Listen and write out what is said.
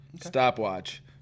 Stopwatch